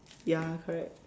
ya correct